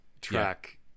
track